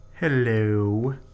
Hello